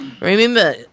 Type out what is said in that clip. Remember